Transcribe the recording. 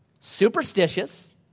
superstitious